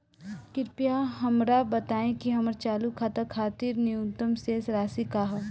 कृपया हमरा बताइं कि हमर चालू खाता खातिर न्यूनतम शेष राशि का ह